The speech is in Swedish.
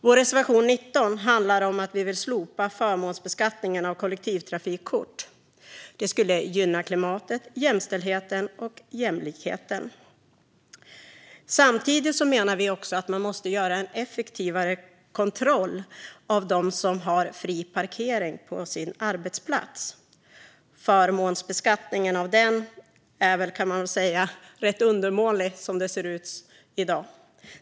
Vår reservation 19 handlar om att vi vill slopa förmånsbeskattningen av kollektivtrafikkort. Det skulle gynna klimatet, jämställdheten och jämlikheten. Samtidigt menar vi att man måste göra en effektivare kontroll av dem som har fri parkering på sin arbetsplats. Förmånsbeskattningen av detta kan man väl säga är rätt undermålig som den ser ut i dag.